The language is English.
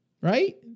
right